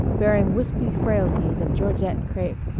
bearing wispy frailties of georgette crepe,